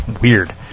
weird